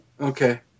Okay